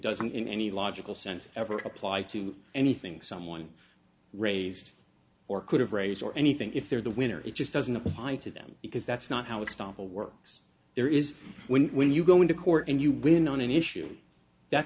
doesn't in any logical sense ever apply to anything someone raised or could have raised or anything if they're the winner it just doesn't apply to them because that's not how the stop whole works there is when when you go into court and you win on an issue that